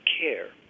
care